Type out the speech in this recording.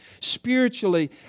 spiritually